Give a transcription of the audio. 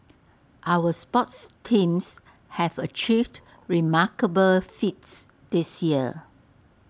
our sports teams have achieved remarkable feats this year